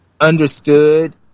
understood